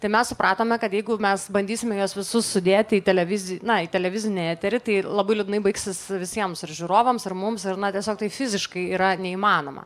tai mes supratome kad jeigu mes bandysime juos visus sudėti į televiz na į televizinį eterį tai labai liūdnai baigsis visiems ir žiūrovams ir mums ir na tiesiog tai fiziškai yra neįmanoma